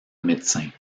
médecin